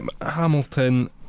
Hamilton